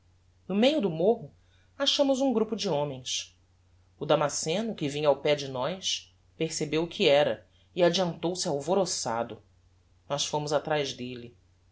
no meio do morro achámos um grupo de homens o damasceno que vinha ao pé de nós percebeu o que era e adiantou-se alvoroçado nós fomos atraz delle